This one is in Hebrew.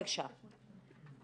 בבקשה.